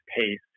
pace